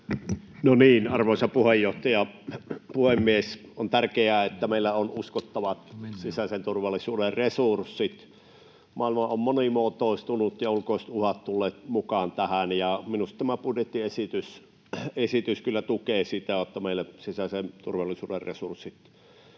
No niin, arvoisa puhemies! On tärkeää, että meillä on uskottavat sisäisen turvallisuuden resurssit. Maailma on monimuotoistunut ja ulkoiset uhat tulleet mukaan tähän. Minusta tämä budjettiesitys kyllä tukee sitä, että meillä sisäisen turvallisuuden resurssit